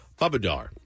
Babadar